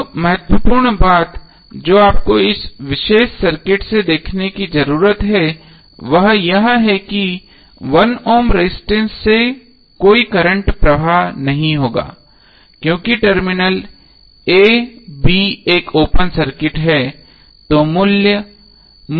अब महत्वपूर्ण बात जो आपको इस विशेष सर्किट से देखने की जरूरत है वह यह है कि 1 ohm रजिस्टेंस से कोई करंट प्रवाह नहीं होगा क्योंकि टर्मिनल a b एक ओपन सर्किट है